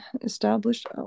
established